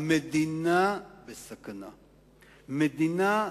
בגלל הקיצוצים,